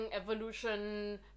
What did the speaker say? evolution